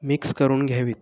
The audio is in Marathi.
मिक्स करून घ्यावीत